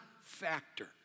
factor